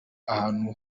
ahantu